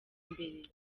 mbere